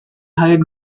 hired